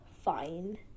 fine